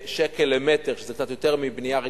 שקל למטר, שזה קצת יותר מבנייה רגילה,